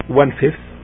one-fifth